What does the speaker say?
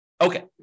Okay